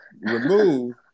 remove